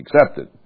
accepted